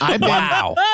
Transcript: Wow